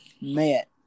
met